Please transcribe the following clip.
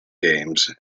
games